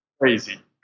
Crazy